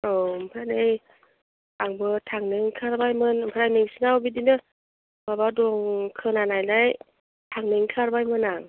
औ ओमफ्राय नै आंबो थांनो ओंखारबायमोन ओमफ्राय नोंसिनाव बिदिनो माबा दं खोनानायलाय थांनो ओंखारबायमोन आं